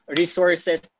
resources